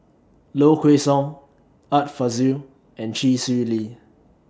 Low Kway Song Art Fazil and Chee Swee Lee